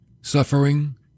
Suffering